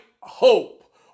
hope